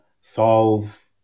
solve